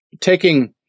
taking